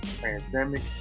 pandemic